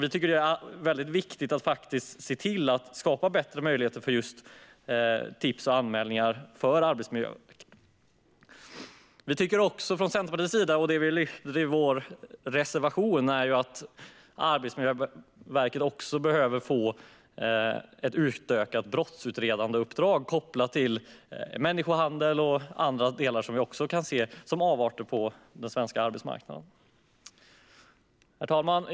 Vi tycker att det är viktigt att skapa bättre möjligheter att ta emot tips och anmälningar för Arbetsmiljöverket. Som vi i Centerpartiet skriver i vår reservation tycker vi att Arbetsmiljöverket också behöver få ett utökat brottsutredandeuppdrag kopplat till människohandel och andra avarter som vi kan se på den svenska arbetsmarknaden. Herr talman!